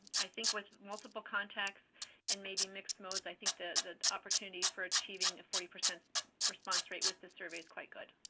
i think with multiple contacts and maybe mixed modes, i think the opportunity for achieving a forty percent response rate with the survey is quite good.